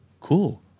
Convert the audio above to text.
cool